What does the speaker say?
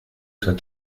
soit